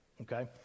okay